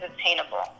attainable